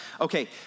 okay